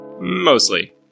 Mostly